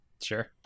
Sure